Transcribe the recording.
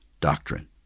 doctrine